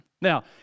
Now